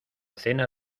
cena